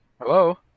Hello